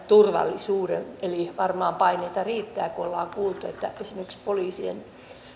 turvallisuuden eli varmaan paineita riittää kun ollaan kuultu että esimerkiksi poliisien